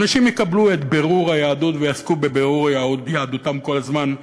אנשים יקבלו את בירור היהדות ויעסקו בבירור יהדותם כל הזמן,